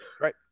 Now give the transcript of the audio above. Right